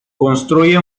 construye